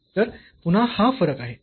तर पुन्हा हा फरक आहे